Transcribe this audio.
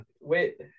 Wait